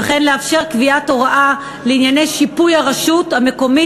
וכן לאפשר קביעת הוראה לענייני שיפוי הרשות המקומית